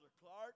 Clark